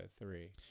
three